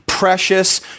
Precious